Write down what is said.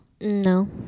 No